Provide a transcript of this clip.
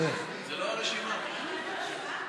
וכדי שאני לא אשאר הורה יחיד,